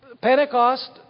Pentecost